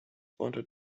wanted